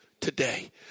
today